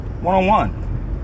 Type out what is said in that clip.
one-on-one